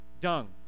dung